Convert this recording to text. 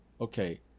okay